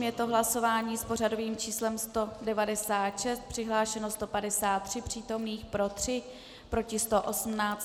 Je to hlasování s pořadovým číslem 196, přihlášeno 153 přítomných, pro 3, proti 118.